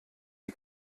die